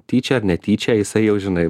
tyčia ar netyčia jisai jau žinai